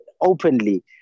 openly